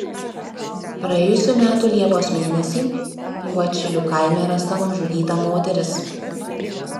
praėjusių metų liepos mėnesį juodšilių kaime rasta nužudyta moteris